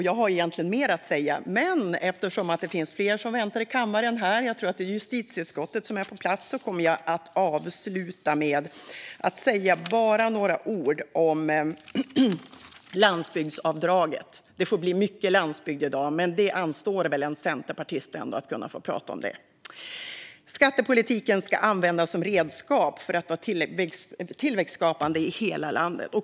Jag har egentligen mer att säga, men eftersom det finns fler som väntar i kammaren - jag tror att det är justitieutskottet som är på plats - kommer jag att avsluta med att bara säga några ord om landsbygdsavdraget. Det får bli mycket landsbygd i dag, men det anstår väl ändå en centerpartist. Skattepolitiken ska användas som redskap för att vara tillväxtskapande i hela landet.